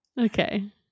Okay